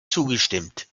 zugestimmt